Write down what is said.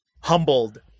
humbled